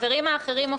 החברים האחרים,